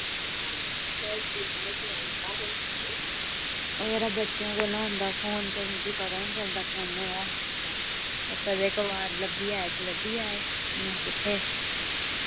ओ यरो बच्चें कोल होंदा फोन ते मिकी पता ही नी चलदा फोने दा कदे कबार लब्भी जाए ते लब्भी जाए इ'य्यां कुत्थै